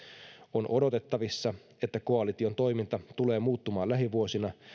on odotettavissa että koalition toiminta tulee muuttumaan lähivuosina